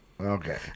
Okay